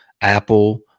Apple